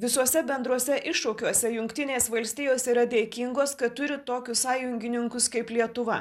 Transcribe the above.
visuose bendruose iššūkiuose jungtinės valstijos yra dėkingos kad turi tokius sąjungininkus kaip lietuva